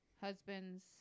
husband's